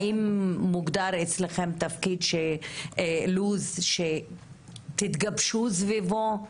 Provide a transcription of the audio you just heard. האם מוגדר אצלכם לו"ז שתתגבשו סביבו,